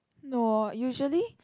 no usually